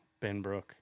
Benbrook